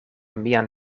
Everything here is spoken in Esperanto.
mian